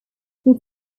took